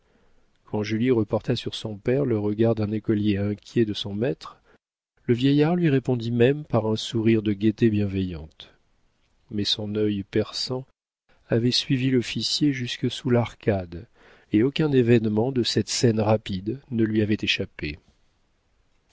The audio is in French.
quand julie reporta sur son père le regard d'un écolier inquiet de son maître le vieillard lui répondit même par un sourire de gaieté bienveillante mais son œil perçant avait suivi l'officier jusque sous l'arcade et aucun événement de cette scène rapide ne lui avait échappé